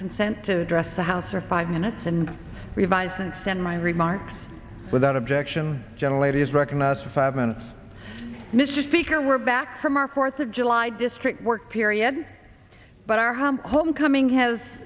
consent to address the house for five minutes and revise and extend my remarks without objection gentle lady is recognized for five minutes mr speaker we're back from our fourth of july district work period but our home homecoming has